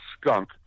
skunk